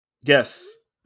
Yes